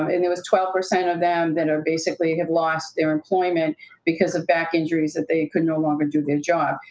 um and there was twelve percent of them that ah basically have lost their employment because of back injuries, that they could no longer do their job.